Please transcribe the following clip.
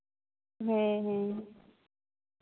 ᱦᱮᱸ ᱦᱮᱸ